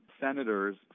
senators